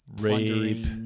rape